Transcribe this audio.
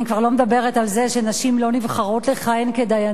אני כבר לא מדברת על זה שנשים לא נבחרות לכהן כדיינות.